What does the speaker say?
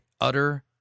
utter